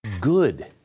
good